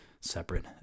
separate